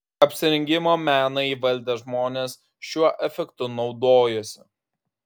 apsirengimo meną įvaldę žmonės šiuo efektu naudojasi